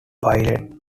pilot